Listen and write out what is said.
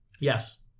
Yes